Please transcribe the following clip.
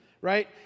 right